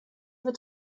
wird